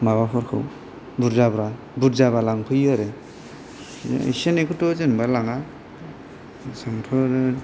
माबाफोरखौ बुरजाबा लांफैयो आरो बिदिनो एसे एनैखौथ' जेनेबा लाङा जोंथ' आरो